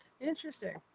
Interesting